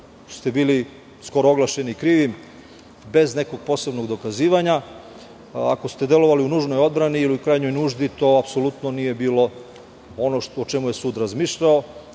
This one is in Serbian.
ste bili skoro oglašeni krivim, bez nekog posebnog dokazivanja, a ako ste delovali u nužnoj odbrani ili krajnjoj nuždi, to apsolutno nije bilo ono o čemu je sud razmišljao,